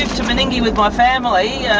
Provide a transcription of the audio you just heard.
to meningie with my family, yeah